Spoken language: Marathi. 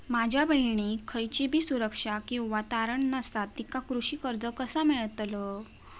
माझ्या बहिणीक खयचीबी सुरक्षा किंवा तारण नसा तिका कृषी कर्ज कसा मेळतल?